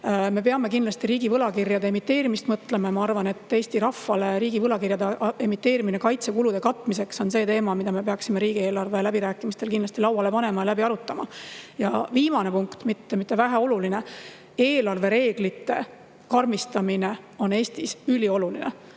Me peame kindlasti mõtlema riigivõlakirjade emiteerimisele. Ma arvan, et Eesti rahvale riigivõlakirjade emiteerimine kaitsekulude katmiseks on teema, mille me peaksime riigieelarve läbirääkimistel kindlasti lauale panema ja seda arutama. Viimane punkt, aga mitte väheoluline: eelarvereeglite karmistamine. See on Eestis ülioluline.